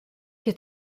qu’a